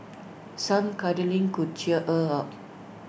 some cuddling could cheer her up